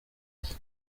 hasi